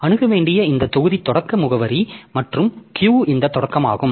அணுக வேண்டிய இந்த தொகுதி தொடக்க முகவரி மற்றும் Q இந்த தொடக்கமாகும்